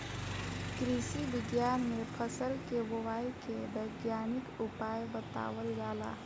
कृषि विज्ञान में फसल के बोआई के वैज्ञानिक उपाय बतावल जाला